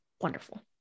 wonderful